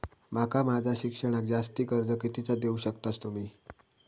माका माझा शिक्षणाक जास्ती कर्ज कितीचा देऊ शकतास तुम्ही?